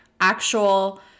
actual